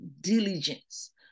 diligence